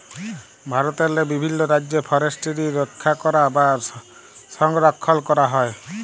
ভারতেরলে বিভিল্ল রাজ্যে ফরেসটিরি রখ্যা ক্যরা বা সংরখ্খল ক্যরা হয়